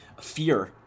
fear